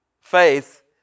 faith